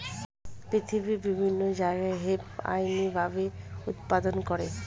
পৃথিবীর বিভিন্ন জায়গায় হেম্প আইনি ভাবে উৎপাদন করে